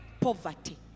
Poverty